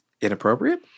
inappropriate